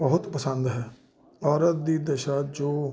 ਬਹੁਤ ਪਸੰਦ ਹੈ ਔਰਤ ਦੀ ਦਸ਼ਾ ਜੋ